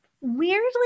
Weirdly